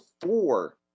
four